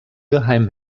geheim